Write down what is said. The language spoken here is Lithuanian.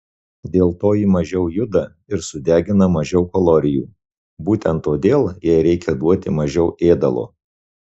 dėl to ji mažiau juda ir sudegina mažiau kalorijų būtent todėl jai reikia duoti mažiau ėdalo